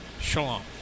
Shalom